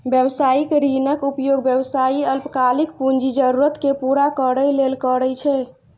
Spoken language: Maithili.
व्यावसायिक ऋणक उपयोग व्यवसायी अल्पकालिक पूंजी जरूरत कें पूरा करै लेल करै छै